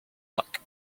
luck